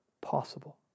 possible